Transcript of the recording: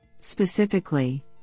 Specifically